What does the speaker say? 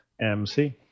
MC